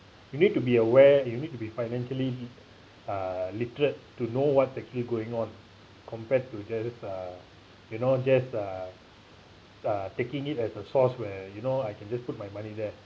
you need to be aware you need to be financially uh literate to know what's actually going on compared to just uh you know just uh uh taking it as a source where you know I can just put my money there